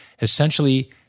essentially